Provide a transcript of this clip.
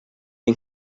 who